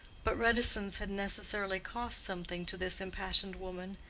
but reticence had necessarily cost something to this impassioned woman,